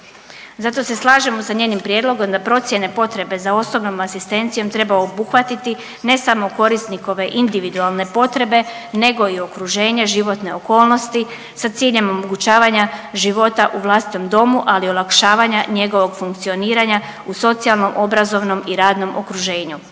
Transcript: Zato se slažemo sa njenim prijedlogom da procjene potrebe za osobnom asistencijom treba obuhvatiti ne samo korisnikove individualne potrebe nego i okruženje, životne okolnosti sa ciljem omogućavanja života u vlastitom domu, ali i olakšavanja njegovog funkcioniranja u socijalnom, obrazovnom i radnom okruženju.